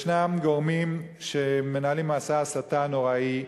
ישנם גורמים שמנהלים מסע הסתה נוראי,